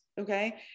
Okay